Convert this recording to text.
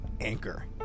Anchor